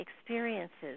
experiences